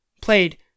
played